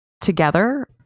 together